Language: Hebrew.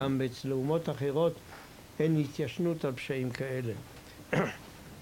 גם אצל אומות אחרות אין התיישנות על פשעים כאלה